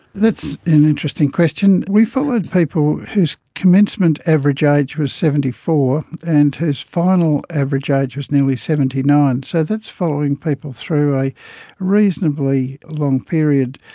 that's an interesting question. we followed people whose commencement average age was seventy four, and whose final average age was nearly seventy nine. so that's following people through a reasonably long period.